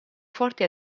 forti